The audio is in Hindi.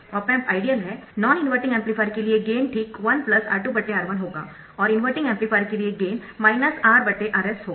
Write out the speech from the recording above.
ऑप एम्प आइडियल है नॉन इनवर्टिंग एम्पलीफायर के लिए गेन ठीक 1 R2R1 होगा और इनवर्टिंग एम्पलीफायर के लिए गेन RRs होगा